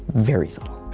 very subtle.